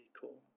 cool